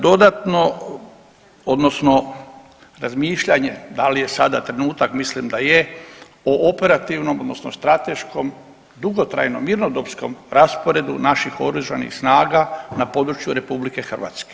Dodatno odnosno razmišljanje da li je sada trenutak, mislim da je, o operativnom odnosno strateškom dugotrajnom mirnodopskom rasporedu naši oružanih snaga na području RH.